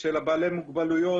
של בעלי מוגבלויות,